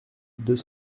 deux